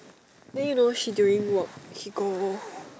then you know she during work he go